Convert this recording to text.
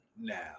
now